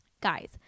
Guys